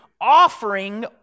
offering